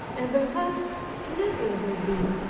and perhaps never will be?